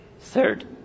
Third